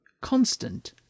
CONSTANT